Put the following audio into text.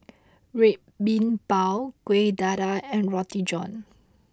Red Bean Bao Kueh Dadar and Roti John